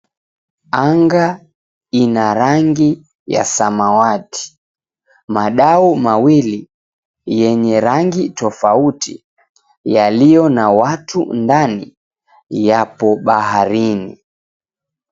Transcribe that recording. Anga ina rangi ya samawati. Madau mawili yenye rangi tofauti yaliyo na watu ndani yapo baharini.